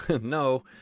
no